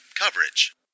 coverage